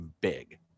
big